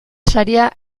saria